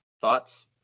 Thoughts